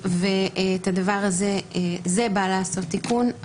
את הדבר הזה זה בא לעשות תיקון.